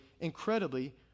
incredibly